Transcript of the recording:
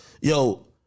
Yo